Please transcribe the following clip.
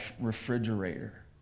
refrigerator